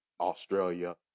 Australia